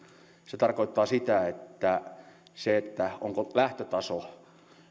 se tarkoittaa sitä että on se lähtötaso sitten